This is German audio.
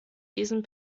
diesen